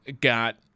got